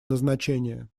назначения